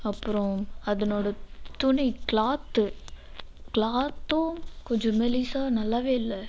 அப்புறம் அதனோட துணி கிளாத்து கிளாத்தும் கொஞ்சம் மெலிசாக நல்லாவே இல்லை